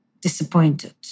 disappointed